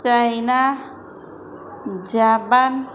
China Japan